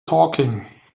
talking